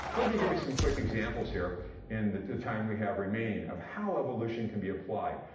let me give you some quick examples here in the the time we have remaining of how evolution can be applied.